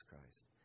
Christ